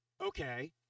okay